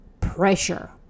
pressure